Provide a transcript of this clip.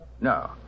No